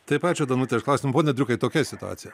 taip ačiū danute už klausimą pone driukai tokia situacija